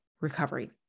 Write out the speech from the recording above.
recovery